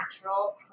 natural